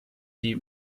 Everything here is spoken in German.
die